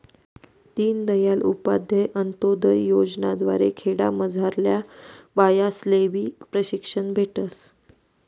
दीनदयाल उपाध्याय अंतोदय योजना द्वारे खेडामझारल्या बायास्लेबी प्रशिक्षण भेटस